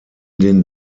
den